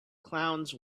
clowns